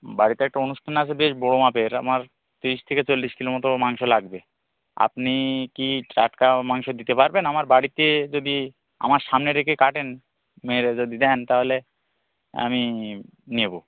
বাড়িতে একটা অনুষ্ঠান আছে বেশ বড় মাপের আমার তিরিশ থেকে চল্লিশ কিলো মতো মাংস লাগবে আপনি কি টাটকা মাংস দিতে পারবেন আমার বাড়িতে যদি আমার সামনে রেখে কাটেন মেরে যদি দ্যান তাহলে আমি নেব